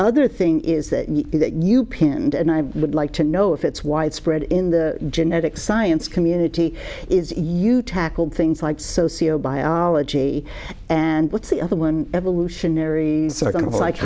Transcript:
other thing is that you pinned and i would like to know if it's widespread in the genetic science community is you tackle things like sociobiology and what's the other one evolutionary sort of